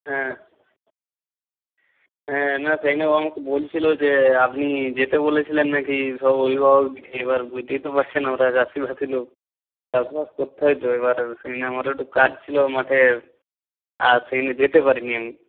হ্যাঁ হ্যাঁ না সেই দিনে ও আমাকে বলছিলো যে আপনি যেতে বলেছিলেন না কি সব অভিভাবকদেকে এবার বুঝতেই তো পারছেন আমরা চাষিভাতি লোক চাষবাস করতে হয় তো এবার সেই দিনে আমারও একটু কাজ ছিলো মাঠে আর সেই দিনে যেতে পারি নি আমি